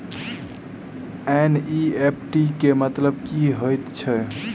NEFT केँ मतलब की हएत छै?